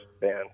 band